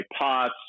pots